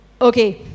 okay